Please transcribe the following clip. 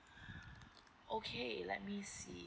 okay let me see